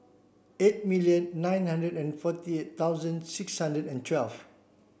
eight million nine hundred and forty eight thousand six hundred and twelve